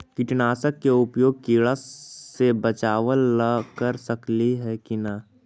कीटनाशक के उपयोग किड़ा से बचाव ल कर सकली हे की न?